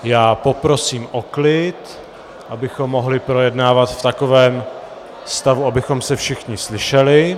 Já poprosím o klid, abychom mohli projednávat v takovém stavu, abychom se všichni slyšeli.